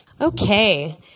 Okay